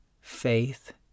faith